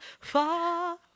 far